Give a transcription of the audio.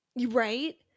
Right